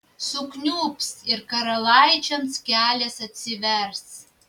sukniubs ir karalaičiams kelias atsivers